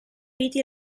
riti